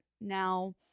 Now